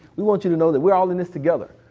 we want you to know that we're all in this together.